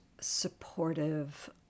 supportive